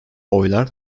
oylar